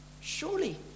Surely